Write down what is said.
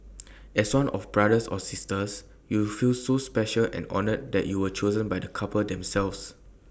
as one of brothers or sisters you feel so special and honoured that you were chosen by the couple themselves